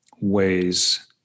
ways